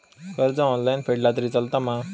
कर्ज ऑनलाइन फेडला तरी चलता मा?